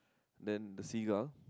then the sea ground